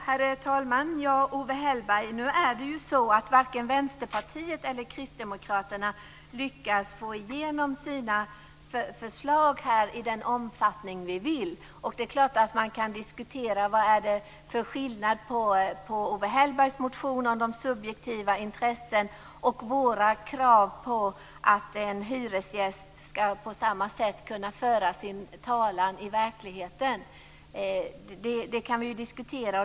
Herr talman! Owe Hellberg, nu är det ju så att varken Vänsterpartiet eller Kristdemokraterna lyckats få igenom sina förslag i den omfattning vi vill. Det är klart att man kan diskutera vad det är för skillnad på Owe Hellbergs motion om de subjektiva intressena och våra krav på att en hyresgäst ska kunna föra sin talan på samma sätt i verkligheten. Det kan vi diskutera.